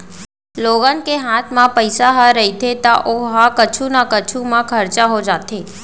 लोगन के हात म पइसा ह रहिथे त ओ ह कुछु न कुछु म खरचा हो जाथे